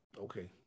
Okay